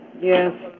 yes